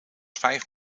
vijf